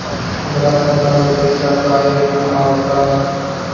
हमरा खाता में पइसा काहे ना आव ता?